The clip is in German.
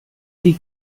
die